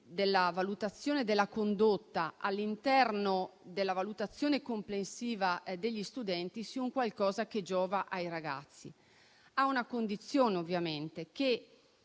alla valutazione della condotta all'interno della valutazione complessiva degli studenti sia qualcosa che giova ai ragazzi, ma ovviamente a